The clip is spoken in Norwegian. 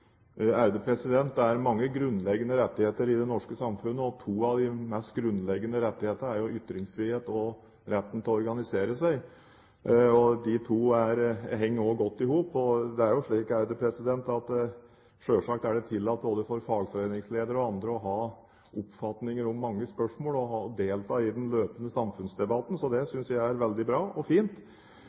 Det er mange grunnleggende rettigheter i det norske samfunnet, og to av de mest grunnleggende rettighetene er jo ytringsfrihet og retten til å organisere seg, og de to henger også godt i hop. Selvsagt er det tillatt både for fagforeningsledere og andre å ha oppfatninger om mange spørsmål og delta i den løpende samfunnsdebatten. Det synes jeg er veldig bra og fint.